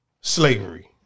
slavery